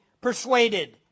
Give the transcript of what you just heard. persuaded